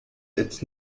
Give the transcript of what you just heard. its